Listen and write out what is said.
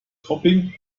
topping